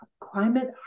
climate